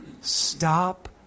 Stop